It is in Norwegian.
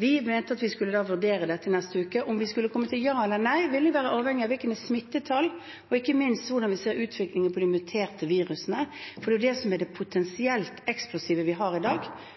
vi mente at vi skulle vurdere dette i neste uke. Om vi skulle komme til ja eller nei, ville være avhengig av smittetall og ikke minst hvordan vi så utviklingen med muterte virus, for det er jo det som er det potensielt eksplosive i dag, at vi